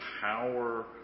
power